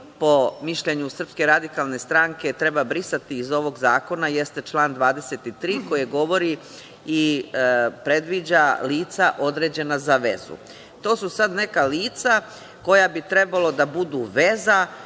po mišljenju SRS, treba brisati iz ovog zakona jeste član 23. koji govori i predviđa lica određena za vezu. To su sad neka lica koja bi trebalo da budu veza